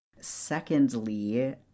Secondly